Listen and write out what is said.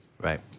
right